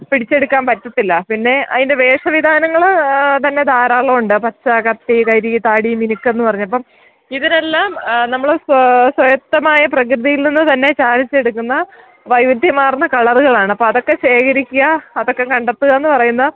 പഠിച്ചെടുക്കാൻ പറ്റത്തില്ല പിന്നെ അതിൻ്റെ വേഷവിധാനങ്ങൾ തന്നെ ധാരാളം ഉണ്ട് പച്ച കത്തി കരി താടി മിനുക്ക് എന്ന്പറഞ്ഞ് അപ്പം ഇതിനെല്ലാം നമ്മൾ സ്വയക്ക്തമായ പ്രകൃതിയിൽ നിന്ന് തന്നെ ചാലിച്ചെടുക്കുന്ന വൈവിധ്യമാർന്ന കളറുകളാണ് അപ്പം അതൊക്കെ ശേഖരിക്കുക അതൊക്കെ കണ്ടെത്തുക എന്ന് പറയുന്നത്